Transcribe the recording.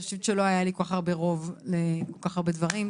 לא היה לי כל כך הרבה רוב לכל כך הרבה דברים.